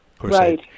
Right